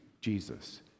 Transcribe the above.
Jesus